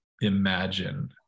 imagine